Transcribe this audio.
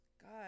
God